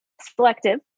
selective